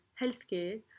healthcare